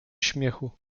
śmiechu